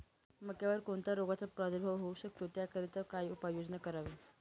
मक्यावर कोणत्या रोगाचा प्रादुर्भाव होऊ शकतो? त्याकरिता काय उपाययोजना करावी?